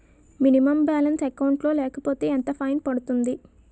Minimum balance account లో లేకపోతే ఎంత ఫైన్ పడుతుంది?